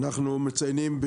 אנחנו מציינים,